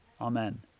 Amen